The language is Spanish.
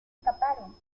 escaparon